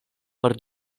por